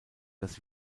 das